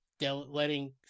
letting